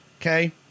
Okay